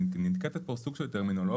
נתקפת פה סוג של טרמינולוגיה,